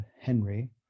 Henry